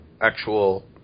actual